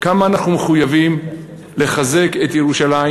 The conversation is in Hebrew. כמה אנחנו מחויבים לחזק את ירושלים?